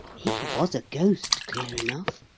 it was a ghost, clear enough.